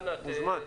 מוזמן.